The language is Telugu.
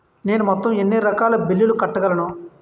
నేను మొత్తం ఎన్ని రకాల బిల్లులు కట్టగలను?